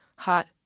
Hot